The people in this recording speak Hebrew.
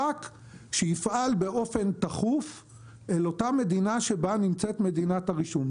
רק שיפעל באופן תכוף אל אותה מדינה שבה נמצאת מדינת הרישום.